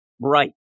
right